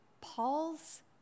Paul's